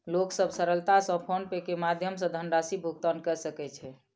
लोक सभ सरलता सॅ फ़ोन पे के माध्यम सॅ धनराशि भुगतान कय सकै छै